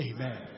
Amen